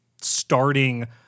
starting